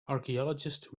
archaeologists